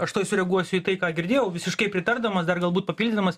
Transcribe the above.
aš tuoj sureaguosiu į tai ką girdėjau visiškai pritardamas dar galbūt papildydamas